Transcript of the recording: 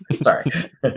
Sorry